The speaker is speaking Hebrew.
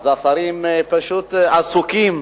אז השרים פשוט עסוקים.